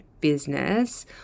business